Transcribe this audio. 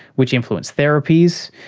which influence therapies.